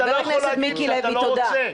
חבר הכנסת מיקי לוי, תודה.